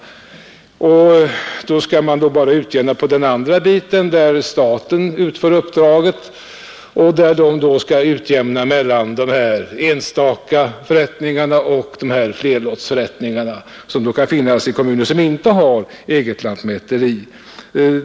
Då skall man bara utjämna på den andra delen, där staten utför uppdraget, och utjämningen skall göras mellan de enstaka förrättningarna och flerlottsförrättningarna som brukar förekomma i kommuner som inte har eget lantmäteri.